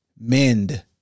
mend